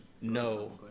No